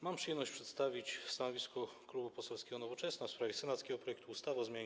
Mam przyjemność przedstawić stanowisko Klubu Poselskiego Nowoczesna w sprawie senackiego projektu ustawy o zmianie